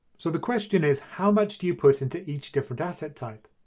so the question is how much do you put into each different asset type?